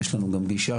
ויש לנו גם פגישה,